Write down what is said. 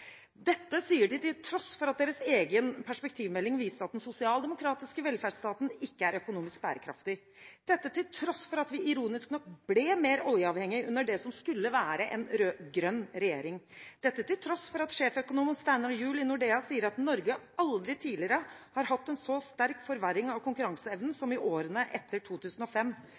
Dette sier de til tross for at deres egen perspektivmelding viste at den sosialdemokratiske velferdsstaten ikke er økonomisk bærekraftig, til tross for at vi – ironisk nok – ble mer oljeavhengig under det som skulle være en rød-grønn regjering, til tross for at sjeføkonom Steinar Juel i Nordea sier at Norge aldri tidligere har hatt en så sterk forverring av konkurranseevnen som i årene etter 2005.